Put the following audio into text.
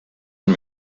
und